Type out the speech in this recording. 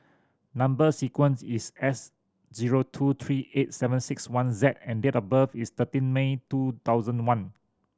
number sequence is S zero two three eight seven six one Z and date of birth is thirteen May two thousand one